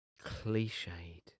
cliched